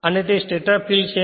અને તે stator field છે